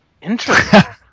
Interesting